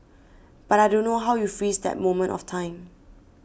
but I don't know how you freeze that moment of time